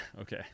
okay